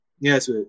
Yes